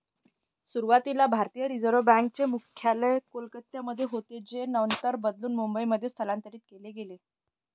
सुरुवातीला भारतीय reserve bank चे मुख्यालय कोलकत्यामध्ये होतं जे नंतर बदलून मुंबईमध्ये स्थलांतरीत केलं गेलं